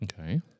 Okay